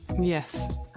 Yes